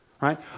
right